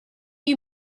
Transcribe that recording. you